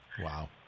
Wow